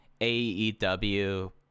AEW